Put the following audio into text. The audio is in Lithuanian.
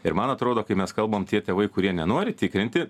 ir man atrodo kai mes kalbam tie tėvai kurie nenori tikrinti